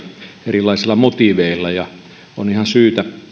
erilaisilla motiiveilla on ihan syytä